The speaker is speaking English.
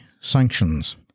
sanctions